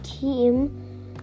team